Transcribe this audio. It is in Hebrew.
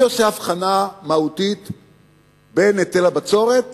אני עושה אבחנה מהותית בין היטל הבצורת